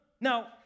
Now